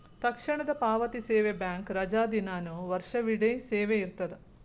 ತಕ್ಷಣದ ಪಾವತಿ ಸೇವೆ ಬ್ಯಾಂಕ್ ರಜಾದಿನಾನು ವರ್ಷವಿಡೇ ಸೇವೆ ಇರ್ತದ